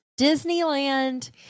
Disneyland